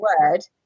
word